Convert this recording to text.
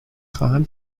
خواهمم